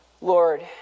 Lord